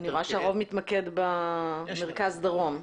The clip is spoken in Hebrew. אני רואה שהרוב מתמקד במרכז דרום.